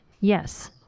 Yes